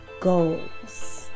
goals